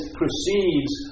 proceeds